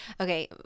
Okay